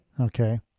Okay